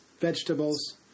vegetables